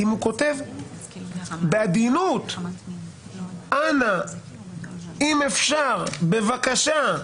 אם הוא כותב בעדינות: אנא, אם אפשר, בבקשה,